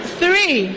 three